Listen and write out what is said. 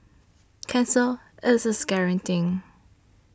cancer is a scary thing